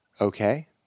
okay